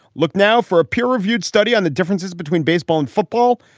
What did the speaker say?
look now for a peer reviewed study on the differences between baseball and football.